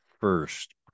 first